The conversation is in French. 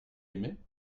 aimé